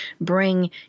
bring